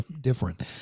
different